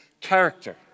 character